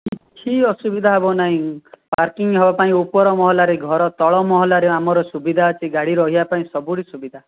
କିଛି ଅସୁବିଧା ହେବ ନାହିଁ ପାର୍କିଙ୍ଗ୍ ହେବା ପାଇଁ ଉପର ମହଲାରେ ଘର ତଳ ମହଲାରେ ଆମର ସୁବିଧା ଅଛି ଗାଡ଼ି ରହିବା ପାଇଁ ସବୁଠି ସୁବିଧା